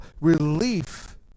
relief